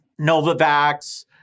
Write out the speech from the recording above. Novavax